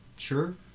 sure